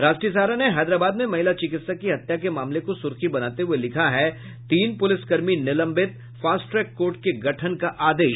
राष्ट्रीय सहारा ने हैदराबाद में महिला चिकित्सक की हत्या के मामले को सुर्खी बनाते हुये लिखा है तीन पुलिसकर्मी निलंबित फास्ट ट्रैक कोर्ट के गठन का आदेश